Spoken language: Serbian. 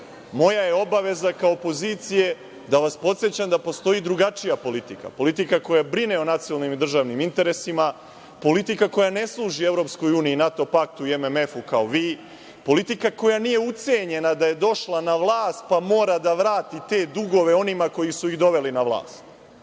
je obaveza kao opozicije da vas podsećam da postoji drugačija politika, politika koja brine o nacionalnim i državnim interesima, politika koja ne služi EU i NATO paktu i MMF-u kao vi, politika koja nije ucenjena da je došla na vlast, pa mora da vrati te dugove onima koji su ih doveli na vlast. Ja